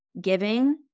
Giving